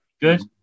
Good